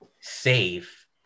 Safe